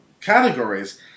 categories